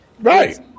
Right